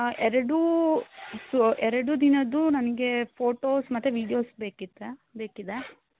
ಎರಡೂ ಎರಡೂ ದಿನದ್ದೂ ನನಗೆ ಫೋಟೋಸ್ ಮತ್ತು ವೀಡಿಯೋಸ್ ಬೇಕಿತ್ತ ಬೇಕಿದೆ